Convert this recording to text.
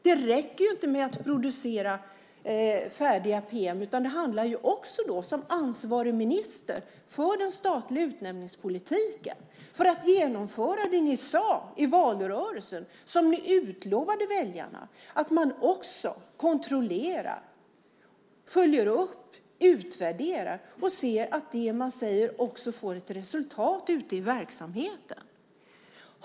Det räcker inte att producera färdiga pm, utan som ansvarig minister för den statliga utnämningspolitiken och för genomförandet av det ni sade i valrörelsen och som ni lovat väljarna handlar det också om att man kontrollerar, följer upp och utvärderar för att se att det man säger också ger resultat ute i verksamheten.